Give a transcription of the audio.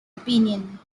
opinion